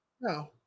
No